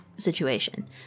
situation